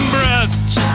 Breasts